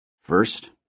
First